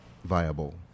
viable